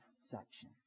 section